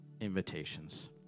invitations